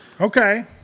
Okay